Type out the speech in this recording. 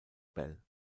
bell